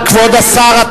כבוד השר,